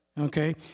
Okay